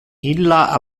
illa